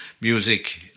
music